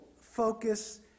focus